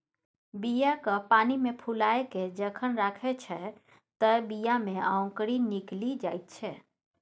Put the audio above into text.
बीया केँ पानिमे फुलाए केँ जखन राखै छै तए बीया मे औंकरी निकलि जाइत छै